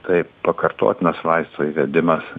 taip pakartotinas vaisto įvedimas